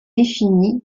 définie